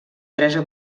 teresa